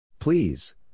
Please